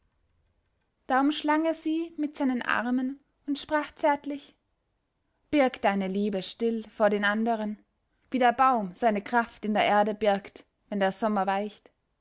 umschlang er sie mit seinen armen und sprach zärtlich birg deine liebe still vor den anderen wie der baum seine kraft in der erde birgt wenn der sommer weicht